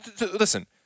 listen